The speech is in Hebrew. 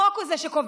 החוק הוא שקובע.